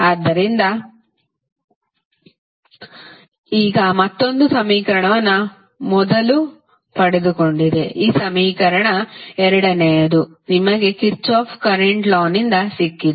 ಆದ್ದರಿಂದ ಈಗ ಮತ್ತೊಂದು ಸಮೀಕರಣವನ್ನು ಮೊದಲು ಪಡೆದುಕೊಂಡಿದೆ ಈ ಸಮೀಕರಣ ಎರಡನೆಯದು ನಿಮಗೆ ಕಿರ್ಚಾಫ್ ಕರೆಂಟ್ ಲಾನಿಂದ ಸಿಕ್ಕಿದೆ